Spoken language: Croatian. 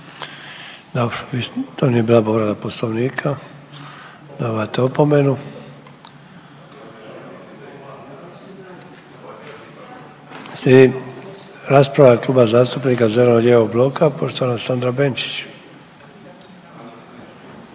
Dobro, to nije bila povreda Poslovnika. Dobivate opomenu. Slijedi rasprava Kluba zastupnika zeleno-lijevog bloka poštovana Sandra Benčić.